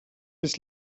bis